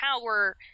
power